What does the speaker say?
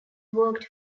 worked